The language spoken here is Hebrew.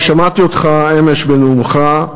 אני שמעתי אותך אמש בנאומך,